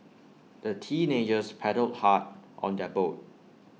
the teenagers paddled hard on their boat